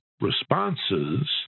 responses